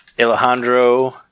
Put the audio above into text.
Alejandro